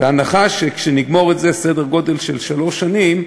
בהנחה שכשנגמור את זה, סדר גודל של שלוש שנים,